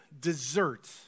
dessert